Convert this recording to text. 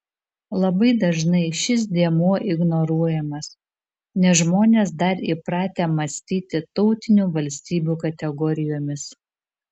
labai dažnai šis dėmuo ignoruojamas nes žmonės dar įpratę mąstyti tautinių valstybių kategorijomis